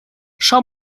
schau